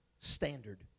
standard